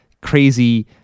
crazy